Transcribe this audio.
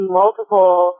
multiple